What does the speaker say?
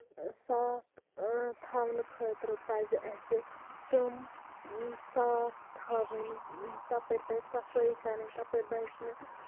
صاف تھاونہٕ خٲطرٕ پَزِ اَسہِ تِم صاف تھاؤنۍ تَپٲرۍ پَزِ صفٲیی کَرٕنۍ تَپٲرۍ پَزِ نہٕ